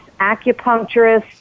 acupuncturists